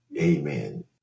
amen